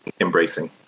embracing